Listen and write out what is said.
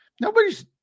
nobody's